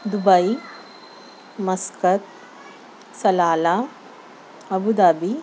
Dubai Muscat Salalah Abu Dhabi